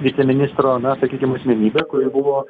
viceministro na sakykim asmenybe kuri buvo